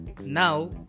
Now